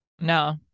No